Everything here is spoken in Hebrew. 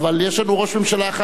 אבל יש לנו ראש ממשלה אחד.